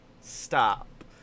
Stop